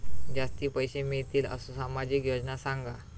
जास्ती पैशे मिळतील असो सामाजिक योजना सांगा?